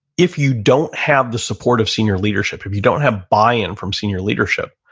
if you don't have the support of senior leadership, if you don't have buy in from senior leadership,